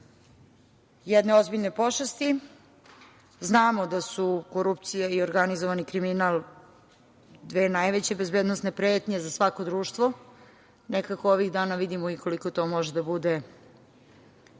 jedne ozbiljne pošasti. Znamo da su korupcija i organizovani kriminal dve najveće bezbednosne pretnje za svako društvo. Nekako ovih dana vidimo i koliko to može da bude